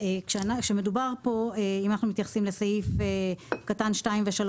אם אנחנו מתייחסים לסעיף קטן (2) ו-(3),